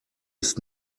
ist